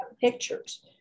pictures